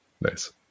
nice